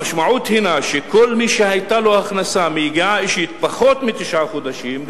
המשמעות היא שכל מי שהיתה לו הכנסה מיגיעה אישית פחות מתשעה חודשים,